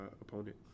opponent